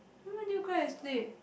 when did you you cry yesterday